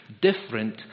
different